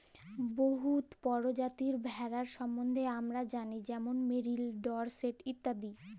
বহুত পরজাতির ভেড়ার সম্বল্ধে আমরা জালি যেমল মেরিল, ডরসেট ইত্যাদি